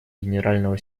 генерального